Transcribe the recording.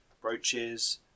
brooches